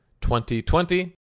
2020